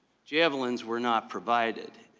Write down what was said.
javelins were not provided.